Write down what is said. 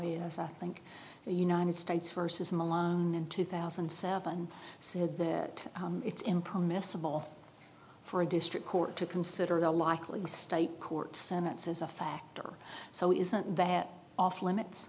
yes i think the united states versus malone in two thousand and seven said that it's in permissible for a district court to consider the likely state court senates as a factor so isn't that off limits